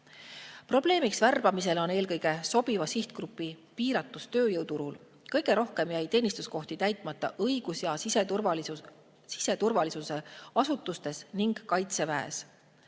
Probleemiks on värbamisel eelkõige sobiva sihtgrupi piiratus tööjõuturul. Kõige rohkem jäi teenistuskohti täitmata õigus‑ ja siseturvalisuse asutustes ning Kaitseväes.